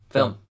Film